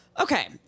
Okay